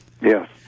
Yes